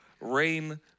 rain